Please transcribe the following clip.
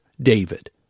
David